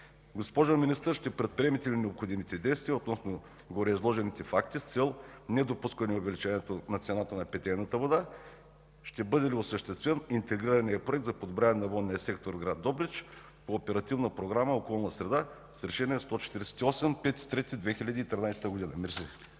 Госпожо Министър, ще предприемете ли необходимите действия относно гореизложените факти с цел недопускане увеличението на цената на питейната вода? Ще бъде ли осъществен интегрираният проект за подобряване на водния сектор в град Добрич по Оперативна програма „Околна среда” с Решение № 148 от 5 март